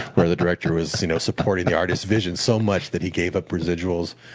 where the director was you know supporting the artist's vision so much that he gave up residuals,